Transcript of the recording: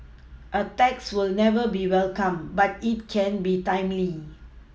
a tax will never be welcome but it can be timely